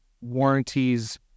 warranties